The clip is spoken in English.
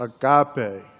agape